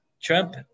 Trump